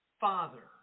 Father